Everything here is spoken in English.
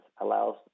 allows